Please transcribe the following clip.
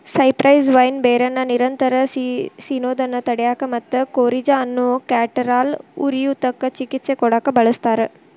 cypress vine ಬೇರನ್ನ ನಿರಂತರ ಸಿನೋದನ್ನ ತಡ್ಯಾಕ ಮತ್ತ ಕೋರಿಜಾ ಅನ್ನೋ ಕ್ಯಾಟರಾಲ್ ಉರಿಯೂತಕ್ಕ ಚಿಕಿತ್ಸೆ ಕೊಡಾಕ ಬಳಸ್ತಾರ